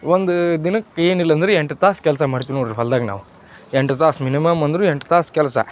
ಒಂದು ದಿನಕ್ಕೆ ಏನಿಲ್ಲಂದ್ರೆ ಎಂಟು ತಾಸು ಕೆಲಸ ಮಾಡ್ತೀವಿ ನೋಡಿರಿ ಹೊಲ್ದಾಗ ನಾವು ಎಂಟು ತಾಸು ಮಿನಿಮಮ್ ಅಂದ್ರೆ ಎಂಟು ತಾಸು ಕೆಲಸ